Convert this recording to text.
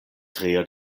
tre